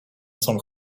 som